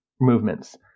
movements